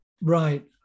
right